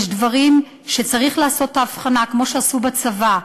יש דברים שבהם צריך לעשות את ההבחנה כמו שעשו בצבא,